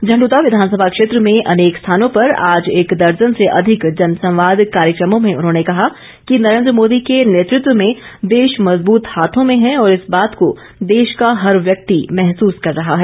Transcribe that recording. झंडुता विधानसभा क्षेत्र में अनेक स्थानों पर आज एक दर्जन से अधिक जनसंवाद कार्यकमों में उन्होंने कहा कि नरेन्द्र मोदी के नेतृत्व में देश मजबूत हाथों में है और इस बात को देश का हर व्यक्ति महसूस कर रहा है